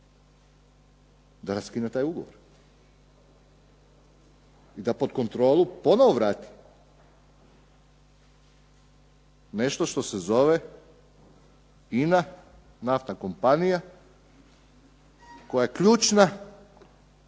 da raskine taj ugovor i da pod kontrolu ponovo vrati nešto što se zove INA naftna kompanija koja je ključna